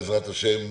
בעזרת השם,